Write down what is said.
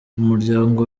umuryango